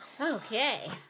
Okay